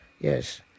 yes